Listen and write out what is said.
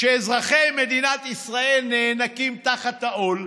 כשאזרחי מדינת ישראל נאנקים תחת העול,